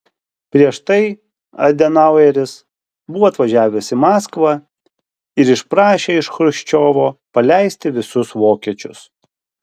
prieš tai adenaueris buvo atvažiavęs į maskvą ir išprašė iš chruščiovo paleisti visus vokiečius